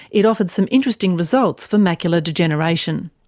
it offered some interesting results for macular degeneration.